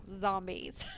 zombies